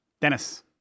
Dennis